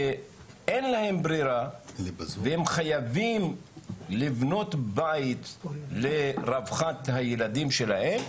שאין להם ברירה והם חייבים לבנות בית לרווחת הילדים שלהם.